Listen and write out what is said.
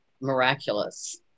miraculous